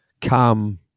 come